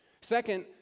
Second